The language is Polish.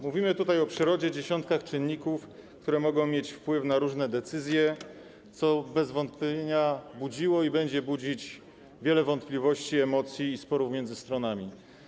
Mówimy tutaj o przyrodzie, dziesiątkach czynników, które mogą mieć wpływ na różne decyzje, co bez wątpienia budziło i będzie budzić wiele wątpliwości, emocji i sporów między stronami.